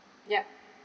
ya